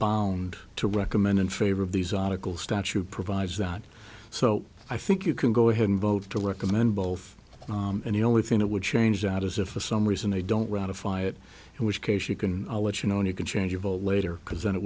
bond to recommend in favor of these article statute provides that so i think you can go ahead and vote to recommend both and the only thing that would change that is if for some reason they don't ratify it in which case she can let you know and you can change your vote later because then it